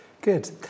Good